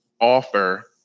offer